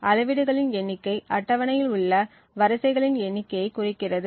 அளவீடுகளின் எண்ணிக்கை அட்டவணையில் உள்ள வரிசைகளின் எண்ணிக்கையை குறிக்கிறது